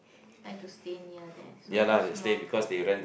like to stay near there so it's more convenient